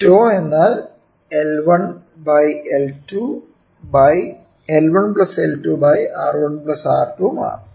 𝜏 എന്നാൽ L1 L2 R1 R2 ആണ്